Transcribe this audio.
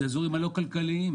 אלה אזורים לא כלכליים,